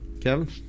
Kevin